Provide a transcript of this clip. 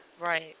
Right